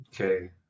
okay